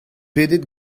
pedet